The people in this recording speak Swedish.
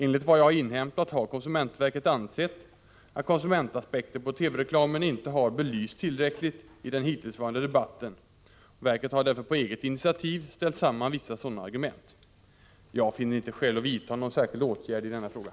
Enligt vad jag har inhämtat har konsumentverket ansett att konsumentaspekter på TV-reklamen inte har belysts tillräckligt i den hittillsvarande debatten. Verket har därför på eget initiativ ställt samman vissa sådana argument. Jag finner inte skäl att vidta någon särskild åtgärd i denna fråga.